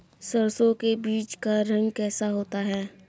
सरसों के बीज का रंग कैसा होता है?